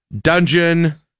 dungeon